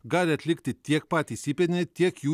gali atlikti tiek patys įpėdiniai tiek jų